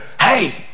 hey